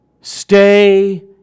Stay